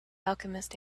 alchemist